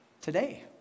Today